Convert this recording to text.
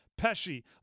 Pesci